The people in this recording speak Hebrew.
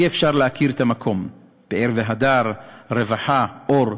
אי-אפשר להכיר את המקום: פאר והדר, רווחה, אור.